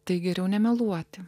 tai geriau nemeluoti